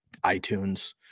itunes